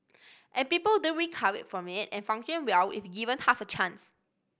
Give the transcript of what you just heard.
and people do recover from it and function well if given half a chance